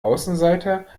außenseiter